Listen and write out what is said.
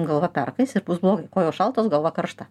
galva perkais ir bus blogai kojos šaltos galva karšta